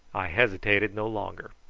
i hesitated no longer,